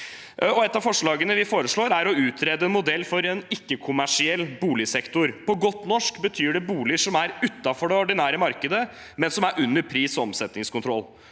Et av forslagene er å utrede en modell for en ikke-kommersiell boligsektor. På godt norsk betyr det boliger som er utenfor det ordinære markedet, men som er under pris- og omsetningskontroll.